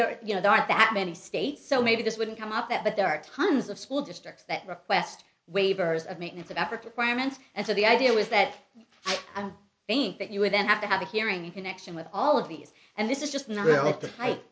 are you know there aren't that many states so maybe this wouldn't come up that but there are tons of school districts that request waivers of maintenance of africa acquirements and so the idea was that i think that you would then have to have a hearing in connection with all of these and this is just not really at the height